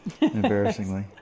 embarrassingly